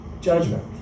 Judgment